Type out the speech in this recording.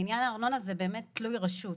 אבל לעניין הארנונה זה תלוי רשות.